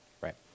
Right